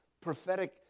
prophetic